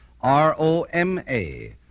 R-O-M-A